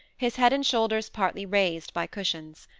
his head and shoulders partly raised by cushions.